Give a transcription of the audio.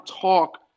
talk